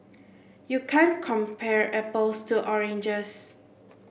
you can't compare apples to oranges